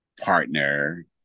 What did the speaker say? partner